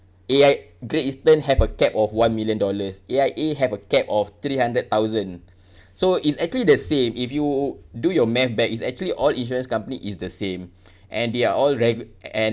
A_I~ Great Eastern have a cap of one million dollars A_I_A have a cap of three hundred thousand so it's actually the same if you do your math back it's actually all insurance company is the same and they are all regu~ and